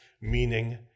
meaning